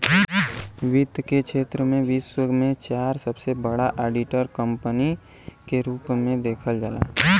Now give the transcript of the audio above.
वित्त के क्षेत्र में विश्व में चार सबसे बड़ा ऑडिट कंपनी के रूप में देखल जाला